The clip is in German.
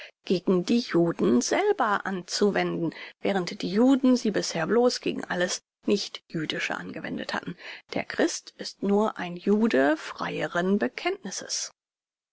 gegen die juden selber anzuwenden während die juden sie bisher bloß gegen alles nicht jüdische angewendet hatten der christ ist nur ein jude freieren bekenntnisses